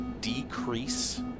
decrease